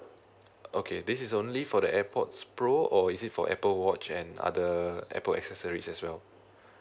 okay this is only for the AirPods pro or is it for Apple watch and other Apple accessories as well